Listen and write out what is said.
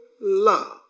love